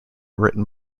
written